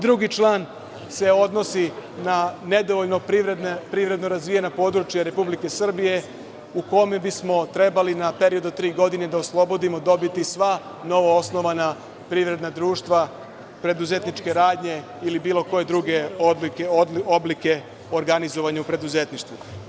Drugi član se odnosi na nedovoljno privredno razvijena područja Republike Srbije u kome bismo trebali na period od tri godine da oslobodimo dobiti sva novoosnovana privredna društva, preduzetničke radnje ili bilo koje druge oblike organizovanja u preduzetništvu.